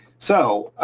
so,